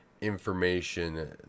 information